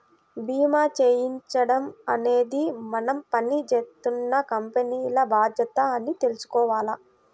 భీమా చేయించడం అనేది మనం పని జేత్తున్న కంపెనీల బాధ్యత అని తెలుసుకోవాల